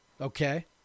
Okay